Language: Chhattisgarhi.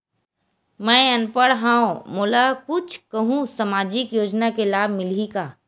मैं अनपढ़ हाव मोला कुछ कहूं सामाजिक योजना के लाभ मिलही का?